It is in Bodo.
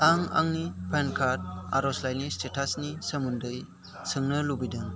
आं आंनि पेन कार्ड आर'जलाइनि स्टेटास नि सोमोन्दै सोंनो लुबैदों